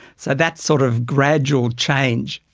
so that sort of gradual change.